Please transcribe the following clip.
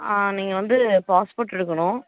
நீங்கள் வந்து பாஸ்போர்ட் எடுக்கணும்